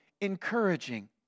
encouraging